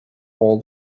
all